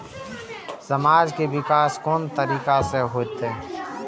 समाज के विकास कोन तरीका से होते?